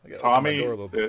Tommy